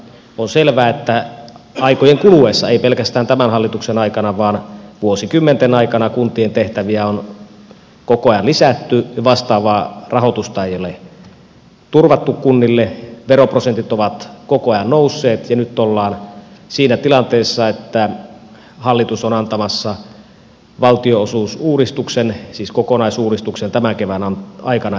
on selvää että aikojen kuluessa ei pelkästään tämän hallituksen aikana vaan vuosikymmenten aikana kuntien tehtäviä on koko ajan lisätty ja vastaavaa rahoitusta ei ole turvattu kunnille veroprosentit ovat koko ajan nousseet ja nyt ollaan siinä tilanteessa että hallitus on antamassa valtionosuusuudistuksen siis kokonaisuudistuksen tämän kevään aikana eduskuntaan